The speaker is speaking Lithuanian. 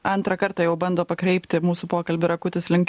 antrą kartą jau bando pakreipti mūsų pokalbį rakutis link